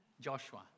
Joshua